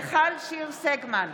סגמן,